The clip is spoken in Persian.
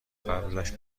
قبلش